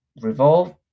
revolve